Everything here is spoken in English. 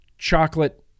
chocolate